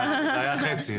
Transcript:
זה היה חצי.